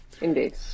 Indeed